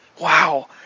Wow